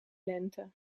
lente